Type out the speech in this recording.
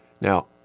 Now